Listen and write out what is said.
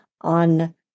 on